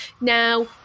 now